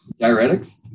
diuretics